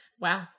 Wow